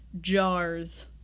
jars